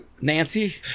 Nancy